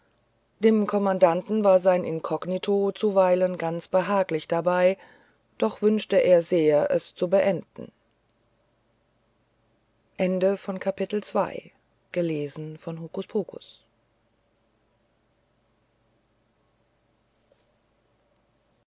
dem kommandanten war sein inkognito zuweilen ganz behaglich dabei doch wünschte er sehr es zu enden